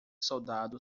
soldado